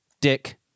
Dick